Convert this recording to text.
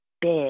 big